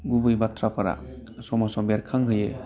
गुबै बाथ्राफोरा समाजाव बेरखांहोयो